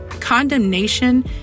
Condemnation